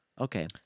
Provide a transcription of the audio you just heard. Okay